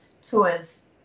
tours